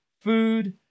food